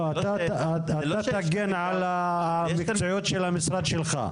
לא, אתה תגן על המקצועיות של המשרד שלך.